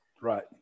Right